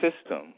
system